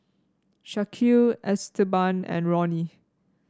Shaquille Esteban and Ronny